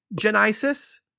Genesis